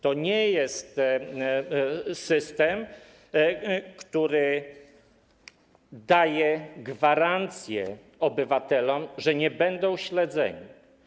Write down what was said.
To nie jest system, który daje gwarancję obywatelom, że nie będą śledzeni.